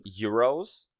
euros